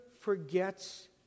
forgets